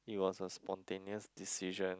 it was a spontaneous decision